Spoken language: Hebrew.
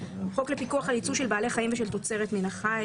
התש"י 1950 ; (4)חוק לפיקוח על ייצוא של בעלי חיים ושל תוצרת מן החי,